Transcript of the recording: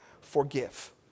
forgive